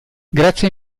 grazie